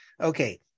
Okay